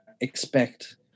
expect